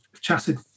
chatted